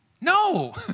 No